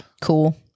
cool